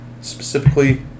specifically